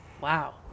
Wow